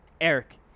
Eric